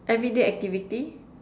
everyday activity